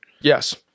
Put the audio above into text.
Yes